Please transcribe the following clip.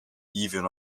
even